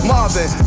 Marvin